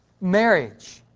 marriage